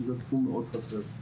שזה תחום מאוד חסר.